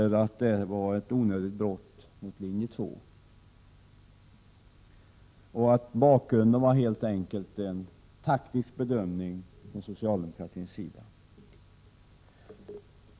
Han anser detta vara ett onödigt brott mot Linje 2:s förslag. Bakgrunden skulle helt enkelt vara en taktisk bedömning från socialdemokratins sida.